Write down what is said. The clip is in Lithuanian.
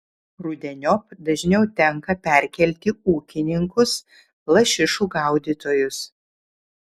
rudeniop dažniau tenka perkelti ūkininkus lašišų gaudytojus